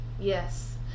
Yes